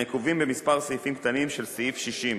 הנקובים בכמה סעיפים קטנים של סעיף 60 לחוק,